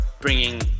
bringing